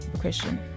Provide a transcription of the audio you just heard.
Christian